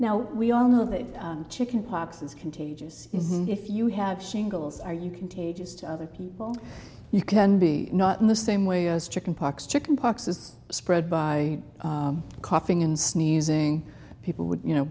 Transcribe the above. now we all know that chicken pox is contagious and if you have shingles are you contagious to other people you can be not in the same way as chicken pox chicken pox is spread by coughing and sneezing people would you know